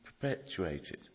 perpetuated